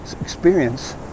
experience